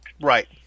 right